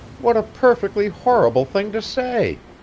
what a perfectly horrible thing to say!